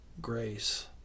grace